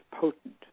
potent